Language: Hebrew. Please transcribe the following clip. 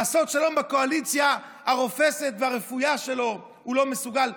לעשות שלום בקואליציה הרופסת והרפויה שלו הוא לא מסוגל.